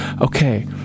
Okay